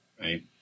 Right